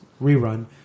rerun